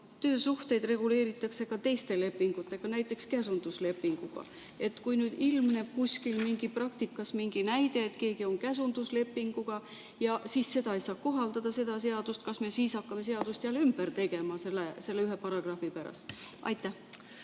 töösuhteid reguleeritakse ka teiste lepingutega, näiteks käsunduslepinguga. Kui nüüd ilmneb kuskil praktikas mingi näide, et keegi on käsunduslepinguga, aga sel juhul ei saa seda seadust kohaldada, kas me siis hakkame seadust jälle ümber tegema selle ühe paragrahvi pärast? Aitäh!